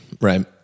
Right